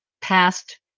past